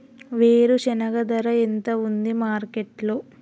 వేరుశెనగ ధర ఎంత ఉంది మార్కెట్ లో?